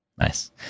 Nice